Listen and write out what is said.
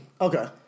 Okay